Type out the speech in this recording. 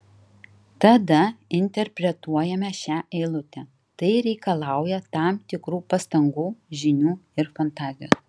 tada interpretuojame šią eilutę tai reikalauja tam tikrų pastangų žinių ir fantazijos